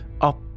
up